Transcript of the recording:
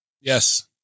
Yes